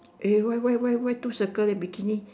eh why why why why two circle eh bikini